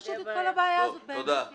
-- וכך נפתור את כל הבעיה הזאת בהינף יד.